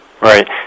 Right